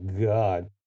God